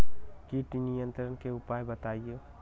किट नियंत्रण के उपाय बतइयो?